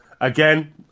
Again